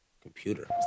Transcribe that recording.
computer